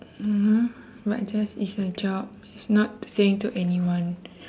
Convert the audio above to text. mmhmm but just it's a job not saying to anyone